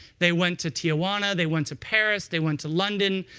they went to tijuana, they went to paris, they went to london.